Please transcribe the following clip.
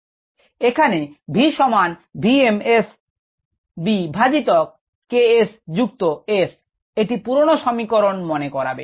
এখানে v সমান v m S bভাজিতক K s যূক্ত Sএটি পুরনো সমিকারন মনে করাবে